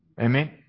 Amen